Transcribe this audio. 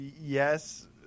Yes